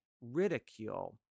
ridicule